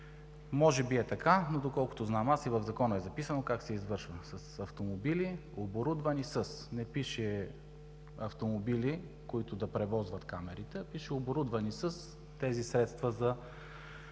Може би е така, но доколкото знам аз и в Закона е записано как се извършва – с „автомобили, оборудвани с“. Не пише автомобили, които да превозват камерите, а пише оборудвани с тези средства за